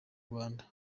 rwanda